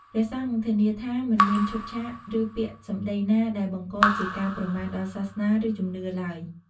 ព្រះសង្ឃនឹង ធានាថាមិនមានឈុតឆាក ឬពាក្យសម្ដីណាដែលបង្កជាការប្រមាថដល់សាសនា ឬជំនឿ ឡើយ។